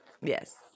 Yes